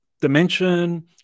dimension